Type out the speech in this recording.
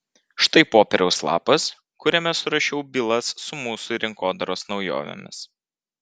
štai popieriaus lapas kuriame surašiau bylas su mūsų rinkodaros naujovėmis